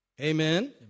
Amen